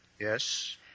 Yes